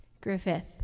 Griffith